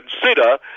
consider